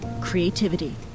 creativity